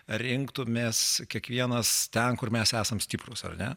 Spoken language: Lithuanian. rinktumės kiekvienas ten kur mes esam stiprūs ar ne